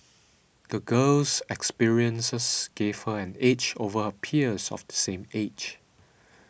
the girl's experiences gave her an edge over her peers of the same age